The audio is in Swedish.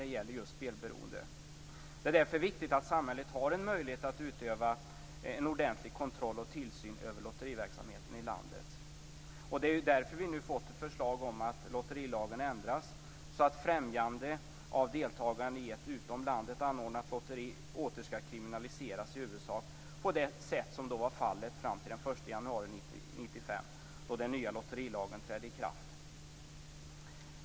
Det är därför viktigt att samhället har en möjlighet att utöva en ordentlig kontroll och tillsyn över lotteriverksamheten i landet. Det är därför som vi nu har fått ett förslag om att lotterilagen skall ändras så att främjande av deltagande i ett utom landet anordnat lotteri åter skall kriminaliseras i huvudsak på det sätt som var fallet fram till den 1 januari 1995, då den nya lotterilagen trädde i kraft.